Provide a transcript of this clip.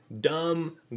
dumb